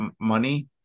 money